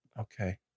Okay